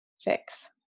fix